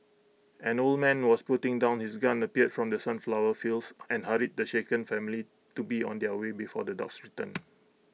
an old man was putting down his gun appeared from the sunflower fields and hurried the shaken family to be on their way before the dogs return